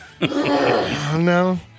No